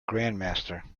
grandmaster